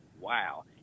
wow